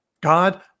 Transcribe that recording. God